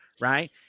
right